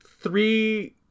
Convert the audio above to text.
three